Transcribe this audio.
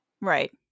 Right